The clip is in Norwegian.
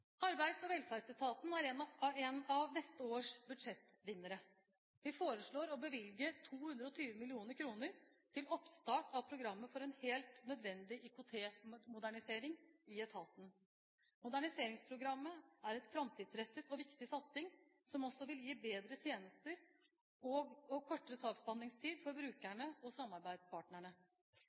Arbeids- og velferdsetaten er en av neste års budsjettvinnere. Vi foreslår å bevilge 220 mill. kr til oppstart av programmet for en helt nødvendig IKT-modernisering i etaten. Moderniseringsprogrammet er en framtidsrettet og viktig satsing, som også vil gi bedre tjenester og kortere saksbehandlingstid for brukerne og samarbeidspartnerne.